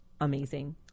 amazing